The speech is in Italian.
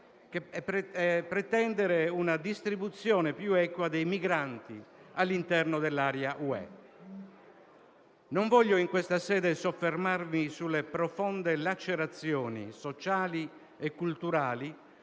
e pretendere una distribuzione più equa dei migranti all'interno dell'area UE. Non voglio in questa sede soffermarmi sulle profonde lacerazioni sociali e culturali